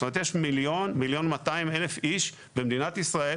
זאת אומרת יש מיליון ו-200 אלף איש במדינת ישראל